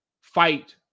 fight